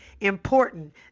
important